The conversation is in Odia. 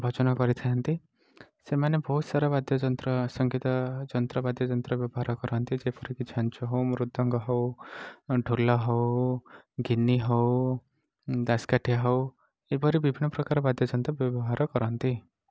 ଭଜନ କରିଥାନ୍ତି ସେମାନେ ବହୁତ ସାରା ବାଦ୍ୟ ଯନ୍ତ୍ର ସଂଗୀତ ଯନ୍ତ୍ର ପାତି ଯନ୍ତ୍ର ବ୍ୟବହାର କରନ୍ତି ଯେପରିକି ଝାଞ୍ଜ ହେଉ ମୃଦଙ୍ଗ ହେଉ ଢୋଲ ହେଉ ଗିନି ହେଉ ଦାସକାଠିଆ ହେଉ ଏପରି ବିଭିନ୍ନ ପ୍ରକାର ବାଦ୍ୟଯନ୍ତ୍ର ବ୍ୟବହାର କରନ୍ତି